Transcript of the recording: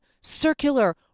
circular